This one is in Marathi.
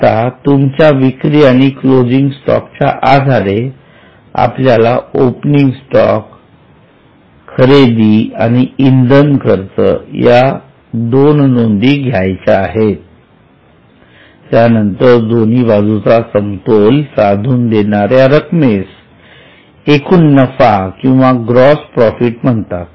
आता तुमच्या विक्री आणि क्लोजिंग स्टॉक च्या आधारे आपल्याला ओपनिंग स्टॉक खरेदी आणि इंधन खर्च या दोन नोंदी घ्यायचा आहेत त्यानंतर दोन्ही बाजूचा समतोल साधून देणाऱ्या रक्कमेस एकूण नफा किंवा ग्रॉस प्रॉफिट म्हणतात